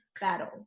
battle